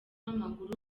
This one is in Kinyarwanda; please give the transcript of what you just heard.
w’amaguru